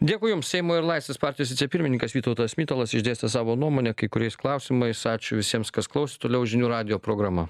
dėkui jums seimo ir laisvės partijos vicepirmininkas vytautas mitalas išdėstė savo nuomonę kai kuriais klausimais ačiū visiems kas klausė toliau žinių radijo programa